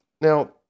Now